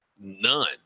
None